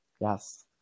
Yes